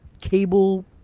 cable